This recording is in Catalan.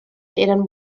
eren